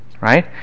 right